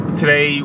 today